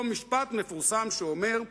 אותו משפט מפורסם שאומר: